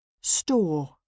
store